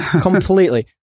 completely